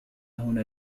هنا